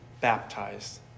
baptized